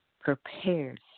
prepared